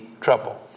trouble